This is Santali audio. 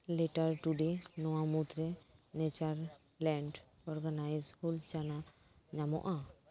ᱞᱮᱴᱟᱨ ᱴᱩᱰᱮ ᱱᱚᱶᱟ ᱢᱩᱫᱽ ᱨᱮ ᱱᱮᱪᱟᱨ ᱞᱮᱱᱰ ᱚᱨᱜᱟᱱᱟᱭᱤᱡᱽ ᱦᱩᱞᱪᱟᱞᱟ ᱧᱟᱢᱚᱜᱼᱟ